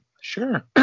Sure